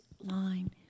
line